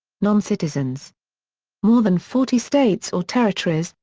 noncitizens more than forty states or territories,